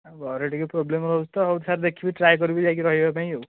ଘରେ ଟିକିଏ ପ୍ରୋବ୍ଲେମ୍ ରହୁଛି ତ ହଉ ସାର୍ ଦେଖିବି ଟ୍ରାଏ କରିବି ଯାଇକି ରହିବା ପାଇଁ ଆଉ